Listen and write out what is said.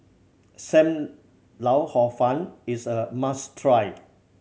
Sam Lau Hor Fun is a must try